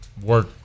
work